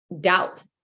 Doubt